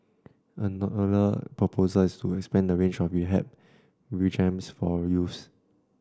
another proposal is to expand the range of rehabilitation regimes for youths